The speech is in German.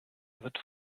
wird